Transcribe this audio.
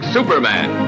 Superman